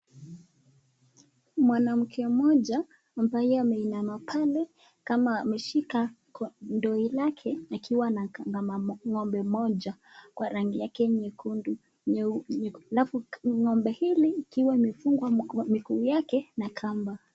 Mwanamke mmoja ambaye ameinama pale kama ameshika ndoo lake akiwa anakama ng'ombe mmoja kwa rangi yake nyekundu.Ng'ombe hii ikiwa imefungwa miguu yake na kamba.